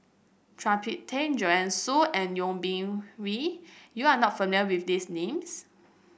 Phua Thin Kiay Joanne Soo and Yeo Bin Hwee you are not familiar with these names